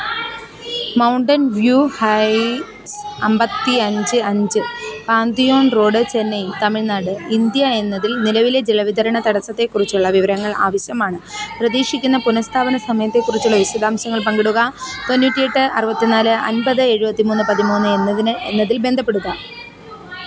mountain view heights അമ്പത്തിയഞ്ച് അഞ്ച് Pantheon road Chennai Tamil Nadu India എന്നതിൽ നിലവിലെ ജലവിതരണ തടസ്സത്തെക്കുറിച്ചുള്ള വിവരങ്ങൾ ആവശ്യമാണ് പ്രതീക്ഷിക്കുന്ന പുനസ്ഥാപന സമയത്തെക്കുറിച്ചുള്ള വിശദാംശങ്ങൾ പങ്കിടുക തൊണ്ണൂറ്റെട്ട് അറുപത്തി നാല് അമ്പത് എഴുപത്തി മൂന്ന് പതിമൂന്ന് എന്നതിന് എന്നതിൽ ബന്ധപ്പെടുക